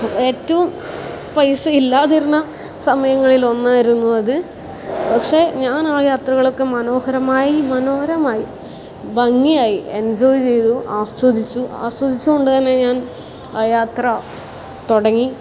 ഏറ്റവും പൈസ ഇല്ലാതിരുന്ന സമയങ്ങളിൽ ഒന്നായിരുന്നു അത് പക്ഷേ ഞാൻ ആ യാത്രകളൊക്കെ മനോഹരമായി മനോഹരമായി ഭംഗിയായി എൻജോയ് ചെയ്തു ആസ്വദിച്ചു ആസ്വദിച്ചുകൊണ്ട് തന്നെ ഞാൻ ആ യാത്ര തുടങ്ങി